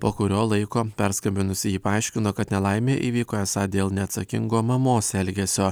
po kurio laiko perskambinusi ji paaiškino kad nelaimė įvyko esą dėl neatsakingo mamos elgesio